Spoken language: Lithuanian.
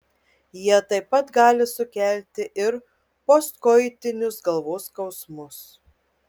jie taip pat gali sukelti ir postkoitinius galvos skausmus